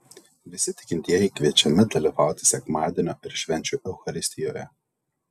visi tikintieji kviečiami dalyvauti sekmadienio ir švenčių eucharistijoje